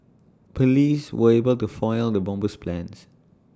Police were able to foil the bomber's plans